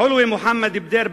חלווה מוחמד בדיר,